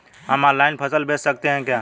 हम ऑनलाइन फसल बेच सकते हैं क्या?